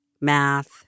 math